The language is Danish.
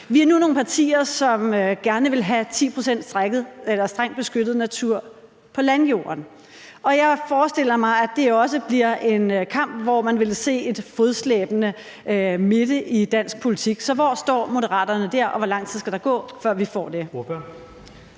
Vi er nu nogle partier, som gerne vil have 10 pct. strengt beskyttet natur på landjorden. Jeg forestiller mig, at det også bliver en kamp, hvor man vil se en fodslæbende midte i dansk politik. Så hvor står Moderaterne dér, og hvor lang tid skal der gå, før vi får det?